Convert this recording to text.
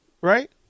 right